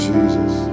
Jesus